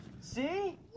See